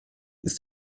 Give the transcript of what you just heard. ist